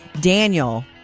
Daniel